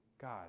God